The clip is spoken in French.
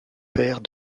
père